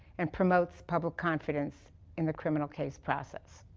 and promotes public confidence in the criminal case process.